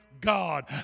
God